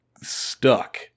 stuck